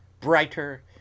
brighter